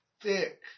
thick